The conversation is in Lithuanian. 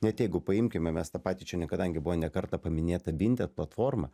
net jeigu paimkime mes tą patį čia ne kadangi buvo ne kartą paminėta vinted platforma